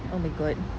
oh my god